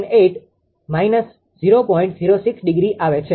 06° આવે છે